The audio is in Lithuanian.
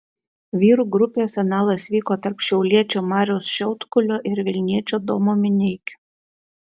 vyrų grupėje finalas vyko tarp šiauliečio mariaus šiaudkulio ir vilniečio domo mineikio